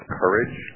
courage